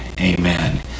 amen